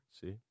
see